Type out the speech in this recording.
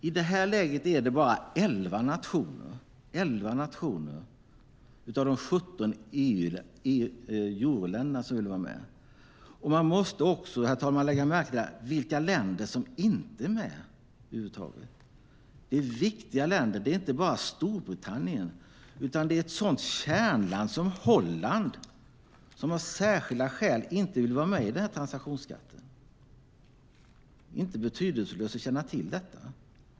I det här läget är det bara 11 av de 17 euroländerna som vill vara med. Man måste också, herr talman, lägga märke till vilka länder som inte är med över huvud taget. Det är viktiga länder. Det är inte bara Storbritannien. Det är ett sådant kärnland som Holland, som av särskilda skäl inte vill vara med i den här transaktionsskatten. Det är inte betydelselöst att känna till detta.